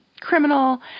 criminal